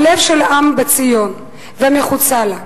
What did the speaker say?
הלב של העם בציון ומחוצה לה,